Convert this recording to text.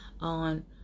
on